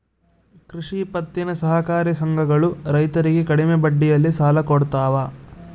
ಕೃಷಿ ಪತ್ತಿನ ಸಹಕಾರಿ ಸಂಘಗಳು ರೈತರಿಗೆ ಕಡಿಮೆ ಬಡ್ಡಿಯಲ್ಲಿ ಸಾಲ ಕೊಡ್ತಾವ